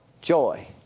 joy